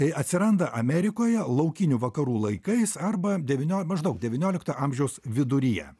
tai atsiranda amerikoje laukinių vakarų laikais arba devynio maždaug devyniolikto amžiaus viduryje